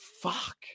fuck